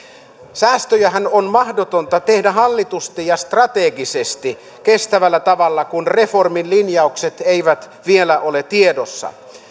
säästöjähän on mahdotonta tehdä hallitusti ja strategisesti kestävällä tavalla kun reformin linjaukset eivät vielä ole tiedossa